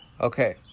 Okay